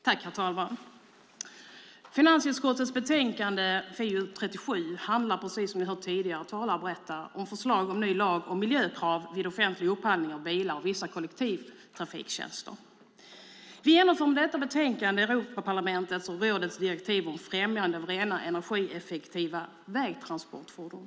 Herr talman! Finansutskottets betänkande 37 handlar, precis som vi har hört tidigare talare berätta, om förslag till ny lag om miljökrav vid offentlig upphandling av bilar och vissa kollektivtrafiktjänster. I och med detta förslag i betänkandet genomför vi Europaparlamentets och rådets direktiv om främjande av rena energieffektiva vägtransportfordon.